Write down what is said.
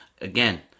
Again